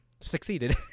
succeeded